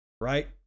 right